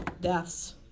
deaths